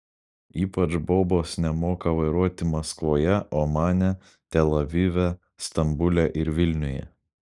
ypač bobos nemoka vairuoti maskvoje omane tel avive stambule ir vilniuje